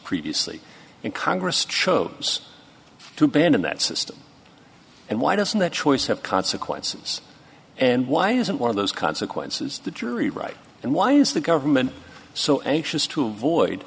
previously and congress chose to abandon that system and why doesn't the choice have consequences and why isn't one of those consequences the jury right and why is the government so anxious to avoid